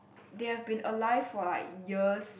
they have been alive for like years